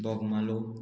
Bogmalo